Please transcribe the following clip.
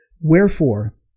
Wherefore